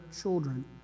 children